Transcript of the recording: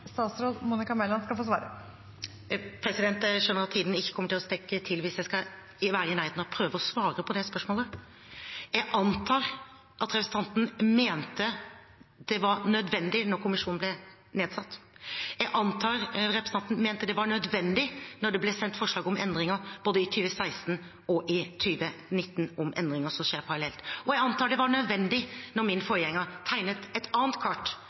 Jeg skjønner at tiden ikke kommer til å strekke til hvis jeg skal være i nærheten av å prøve å svare på det spørsmålet. Jeg antar representanten mente det var nødvendig da kommisjonen ble nedsatt. Jeg antar representanten mente det var nødvendig da det ble sendt forslag om endringer som skjer parallelt, både i 2016 og 2019. Og jeg antar det var nødvendig da min forgjenger tegnet et annet kart